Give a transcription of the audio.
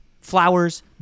Flowers